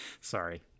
Sorry